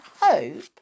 hope